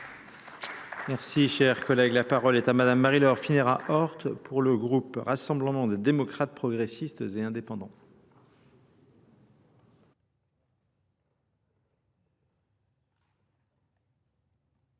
Merci, cher collègue. La parole est à madame Marie-Laure Finérat-Hort pour le groupe Rassemblement des démocrates progressistes et indépendants.